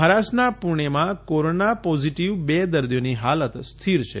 મહારાષ્ટ્રમાં પૂણેમાં corona positive બે દર્દીઓની હાલત સ્થિર છે